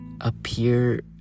appear